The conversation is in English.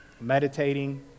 meditating